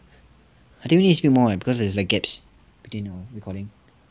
I think we need to speak more eh because there's like gaps between recording